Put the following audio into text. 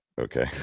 Okay